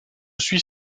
suis